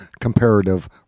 comparative